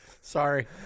Sorry